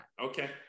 Okay